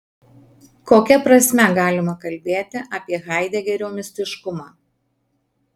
kokia prasme galima kalbėti apie haidegerio mistiškumą